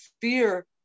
fear